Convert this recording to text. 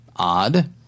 odd